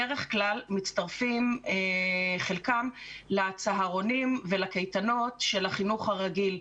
בדרך כלל מצטרפים חלקם לצהרונים ולקייטנות של החינוך הרגיל.